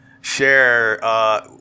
share